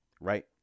right